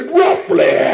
roughly